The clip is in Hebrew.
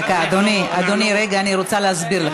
דקה, אדוני, אדוני, רגע, אני רוצה להסביר לך.